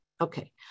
Okay